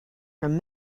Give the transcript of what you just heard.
from